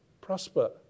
prosper